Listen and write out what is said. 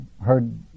heard